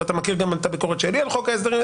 ואתה מכיר גם את הביקורת שלי על חוק ההסדרים,